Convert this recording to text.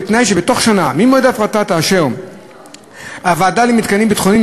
בתנאי שבתוך שנה ממועד ההפרטה תאשר הוועדה למתקנים ביטחוניים